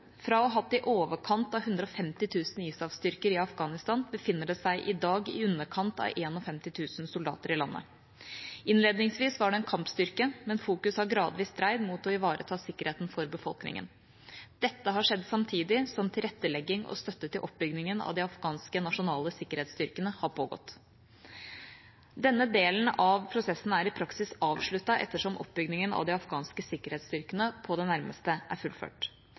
Fra å ha hatt i overkant av 150 000 ISAF-styrker i Afghanistan, befinner det seg i dag i underkant av 51 000 soldater i landet. Innledningsvis var det en kampstyrke, men fokuset har gradvis dreid seg mot å ivareta sikkerheten for befolkningen. Dette har skjedd samtidig som tilrettelegging og støtte til oppbyggingen av de afghanske nasjonale sikkerhetsstyrkene har pågått. Denne delen av prosessen er i praksis avsluttet, ettersom oppbyggingen av de afghanske sikkerhetsstyrkene på det nærmeste er fullført.